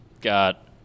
got